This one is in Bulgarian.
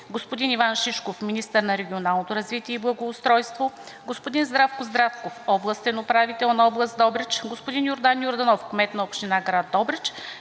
господин Иван Шишков – министър на регионалното развитие и благоустройството, господин Здравко Здравков – областен управител на област Добрич, господин Йордан Йорданов – кмет на община Добрич,